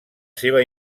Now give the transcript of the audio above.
seva